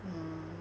mm